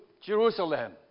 Jerusalem